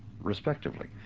respectively